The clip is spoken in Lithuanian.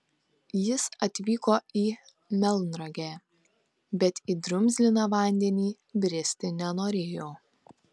jis atvyko į melnragę bet į drumzliną vandenį bristi nenorėjo